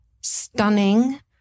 stunning